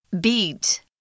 beat